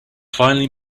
finally